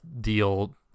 deal